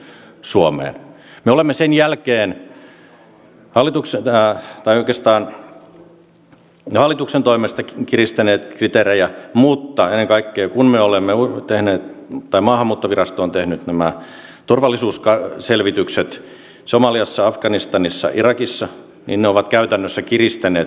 me olemme sen jälkeen hallituksen toimesta kiristäneet kriteerejä mutta ennen kaikkea kun maahanmuuttovirasto on tehnyt nämä turvallisuusselvitykset somaliassa afganistanissa irakissa niin ne ovat käytännössä kiristäneet meidän kriteerejämme